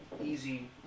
easy